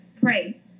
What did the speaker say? pray